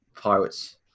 Pirates